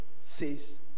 says